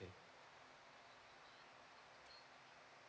K